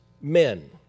men